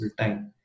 time